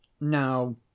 now